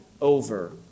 over